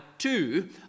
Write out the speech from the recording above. Two